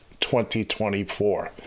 2024